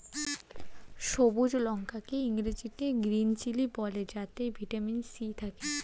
সবুজ লঙ্কা কে ইংরেজিতে গ্রীন চিলি বলে যাতে ভিটামিন সি থাকে